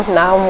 now